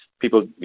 people